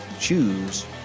Choose